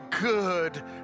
good